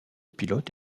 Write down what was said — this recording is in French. pilote